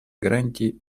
гарантией